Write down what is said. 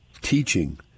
teaching